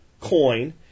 coin